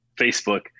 Facebook